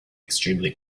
extremely